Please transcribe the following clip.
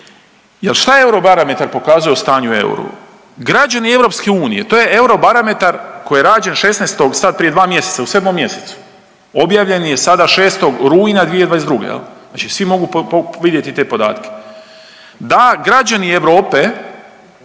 Jel šta je Eurobarometar pokazao o stanju o euru? Građani EU to je Eurobarometar koji je rađen 16. sad prije dva mjeseca u sedmom mjesecu objavljen je sada 6. rujna '22. znači svi mogu vidjeti te podatke, da građani Europe